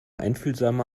einfühlsame